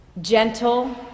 gentle